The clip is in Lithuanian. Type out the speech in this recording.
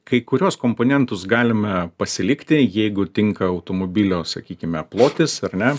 kai kuriuos komponentus galime pasilikti jeigu tinka automobilio sakykime plotis ar ne